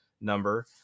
number